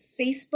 Facebook